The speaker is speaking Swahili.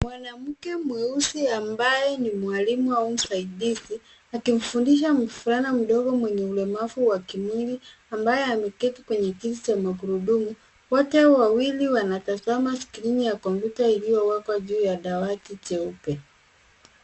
Mwanamke mweusi ambaye ni mwalimu au msaidizi akimfundisha mvulana mdogo mwenye ulemavu wa kimwili ambaye ameketi kwenye kiti cha magurudumu. Wote wawili wanatazama skrini ya kompyuta iliyowekwa juu ya dawati jeupe.